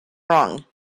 wrong